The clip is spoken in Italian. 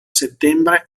settembre